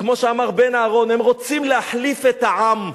כמו שאמר בן-אהרון: הם רוצים להחליף את העם.